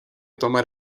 tomar